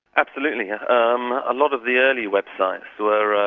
absolutely. ah um a lot of the early websites